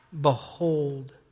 behold